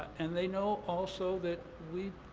and they know also that we've,